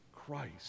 Christ